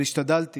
אבל השתדלתי